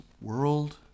world